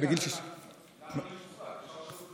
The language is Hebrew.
אפשר לשנות את התקנה.